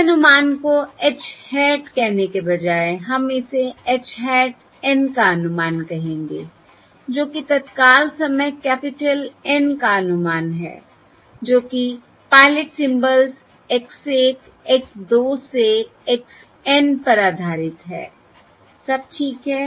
इस अनुमान को h hat कहने के बजाय हम इसे h hat N का अनुमान कहेंगे जो कि तत्काल समय कैपिटल N का अनुमान है जो कि पायलट सिंबल्स x 1 x 2 से x N पर आधारित है सब ठीक है